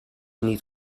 niet